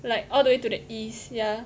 like all the way to the east yeah